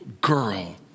girl